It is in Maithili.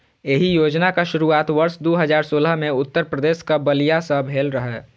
एहि योजनाक शुरुआत वर्ष दू हजार सोलह मे उत्तर प्रदेशक बलिया सं भेल रहै